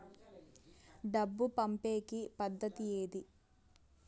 డబ్బు పంపేకి పద్దతి ఏది